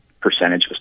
percentage